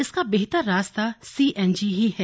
इसका बेहतर रास्ता सीएनजी ही है